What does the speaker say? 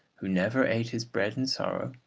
who never ate his bread in sorrow,